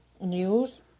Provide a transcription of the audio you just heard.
news